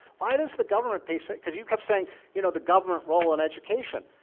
why does the government pace it? because you kept saying, you know the government role in education,